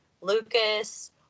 lucas